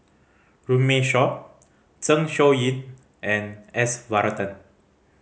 Runme Shaw Zeng Shouyin and S Varathan